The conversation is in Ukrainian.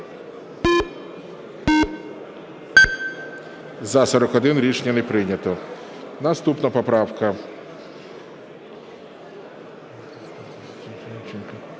За-41 Рішення не прийнято. Наступна поправка